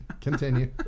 continue